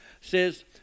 says